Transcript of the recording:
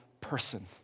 person